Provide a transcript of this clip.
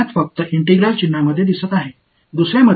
இரண்டாவது ஒன்றில் இது வெளியில் உள்ளது இது முதல் வகை